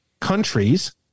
countries